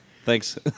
Thanks